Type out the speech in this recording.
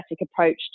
approach